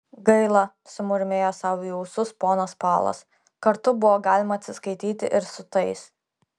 gaila sumurmėjo sau į ūsus ponas palas kartu buvo galima atsiskaityti ir su tais